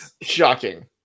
shocking